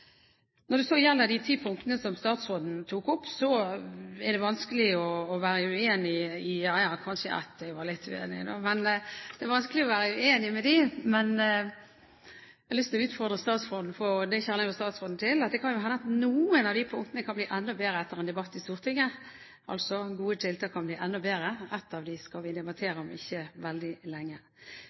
Når det så gjelder de ti virkemidlene som statsråden nevnte, er det vanskelig å være uenig i dem – ja, kanskje det er ett jeg er litt uenig i – men jeg har lyst til å utfordre statsråden. Statsråden kjenner jo til at det kan hende at noe kan bli enda bedre etter en debatt i Stortinget – altså at gode tiltak kan bli enda bedre, og et av dem skal vi debattere om ikke veldig lenge.